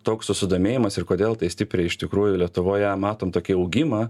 toks susidomėjimas ir kodėl tai stipriai iš tikrųjų lietuvoje matom tokį augimą